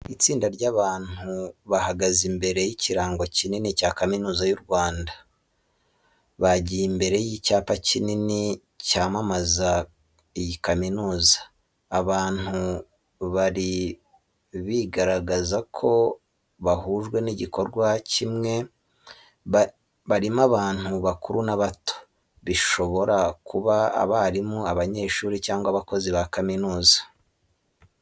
Itsinda ry’abantu benshi bahagaze imbere y’ikirango kinini cya Kaminuza y’u Rwanda. Bagiye imbere y’icyapa kinini kibamamaza iyi kaminuza. Abantu bari bigaragarako bahujwe n'igikorwa kimwe barimo abantu bakuru n’abato, bishobora kuba abarimu, abanyeshuri, cyangwa abakozi ba kaminuza.